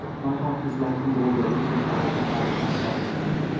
my heart is lightened already since i have confided my trouble to you.